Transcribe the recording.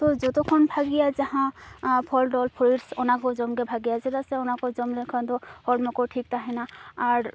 ᱛᱚ ᱡᱚᱛᱚ ᱠᱷᱚᱱ ᱵᱷᱟᱜᱮᱭᱟ ᱡᱟᱦᱟᱸ ᱯᱷᱚᱞᱼᱰᱚᱞ ᱯᱷᱨᱩᱴᱥ ᱚᱱᱟᱠᱚ ᱡᱚᱢᱜᱮ ᱵᱷᱟᱜᱮᱭᱟ ᱪᱮᱫᱟᱜ ᱥᱮ ᱚᱱᱟᱠᱚ ᱡᱚᱢ ᱞᱮᱠᱷᱟᱱ ᱫᱚ ᱦᱚᱲᱢᱚᱠᱚ ᱴᱷᱤᱠ ᱛᱟᱦᱮᱱᱟ ᱟᱨ